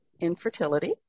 infertility